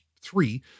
three